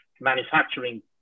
manufacturing